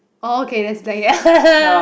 orh okay that's blackhead